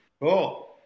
Cool